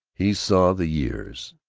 he saw the years,